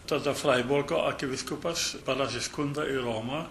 tada fraiburgo arkivyskupas parašė skundą į romą